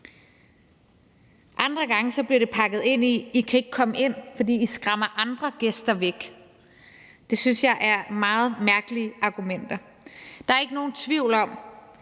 Andre gange blev det pakket ind, og der blev sagt: »I kan ikke komme ind, fordi I skræmmer andre gæster væk«. Det synes jeg er meget mærkelige argumenter. Der er ikke nogen tvivl om,